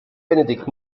benedikt